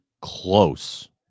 close